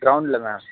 கிரௌண்ட்டில் ma'am